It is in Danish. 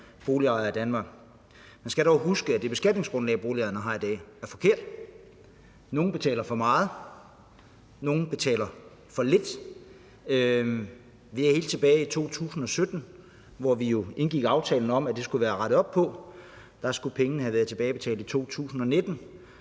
boligejer i Danmark. Man skal dog huske, at det beskatningsgrundlag, boligejerne har i dag, er forkert. Nogle betaler for meget, nogle betaler for lidt. Det var helt tilbage i 2017, at vi indgik aftalen om, at det skulle vi have rettet op på, og der skulle pengene have været tilbagebetalt i 2019.